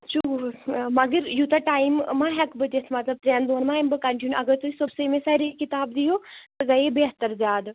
مگر یوتاہ ٹایم ما ہیٚکہٕ بہٕ دِتھ مطلب ترٮ۪ن دوہن ما یِمہٕ بہٕ کنٹنیٚو اگرتُہۍ صبسٕے مےٚ سَر یہِ کِتاب دِیہُو سُہ گٔیے بہتر زیادٕ